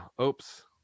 Oops